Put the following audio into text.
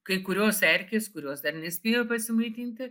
kai kurios erkės kurios dar nespėjo pasimaitinti